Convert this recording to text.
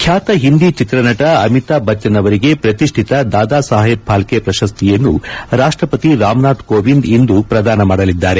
ಖ್ಯಾತ ಹಿಂದಿ ಚಿತ್ರನಟ ಅಮಿತಾಬ್ ಬಚ್ಚನ್ ಅವರಿಗೆ ಪ್ರತಿಷ್ಣಿತ ದಾದಾ ಸಾಹೇಬ್ ಫಾಲ್ಕೆ ಪ್ರಶಸ್ತಿಯನ್ನು ರಾಷ್ಟ ಪತಿ ರಾಮನಾಥ್ ಕೋವಿಂದ್ ಇಂದು ಪ್ರದಾನ ಮಾಡಲಿದ್ದಾರೆ